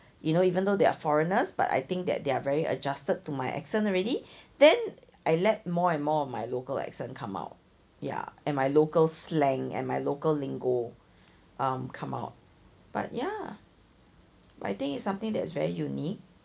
you know even though they are foreigners but I think that they are very adjusted to my accent already then I let more and more of my local accent come out ya and my local slang and my local lingo um come out but ya I think it's something that's very unique